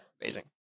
Amazing